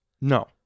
No